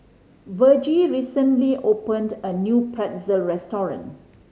Vergie recently opened a new Pretzel restaurant